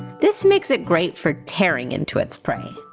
this makes it great for tearing into its prey.